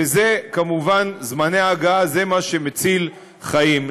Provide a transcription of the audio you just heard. וזה כמובן, זמני ההגעה, זה מה שמציל חיים.